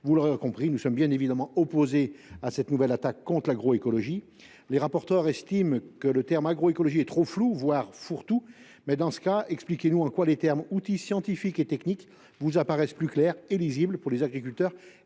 mes chers collègues, nous sommes bien évidemment opposés à cette nouvelle attaque contre l’agroécologie. Les rapporteurs estiment que le terme « agroécologie » est trop flou, voire fourre tout. Qu’ils nous expliquent en quoi les termes « outils scientifiques et techniques » leur apparaissent plus clairs et lisibles pour les agriculteurs